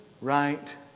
right